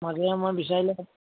মাজে সময়ে বিচাৰিলে পাব